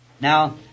Now